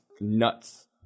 nuts